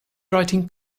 writing